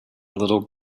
little